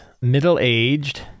middle-aged